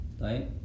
Right